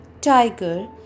tiger